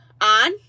on